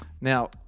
Now